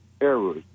errors